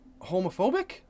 homophobic